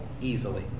Easily